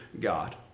God